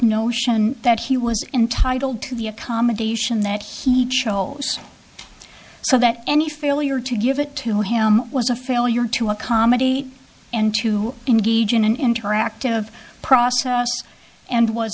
notion that he was entitled to the accommodation that he chose so that any failure to give it to him was a failure to accommodate and to engage in an interactive process and w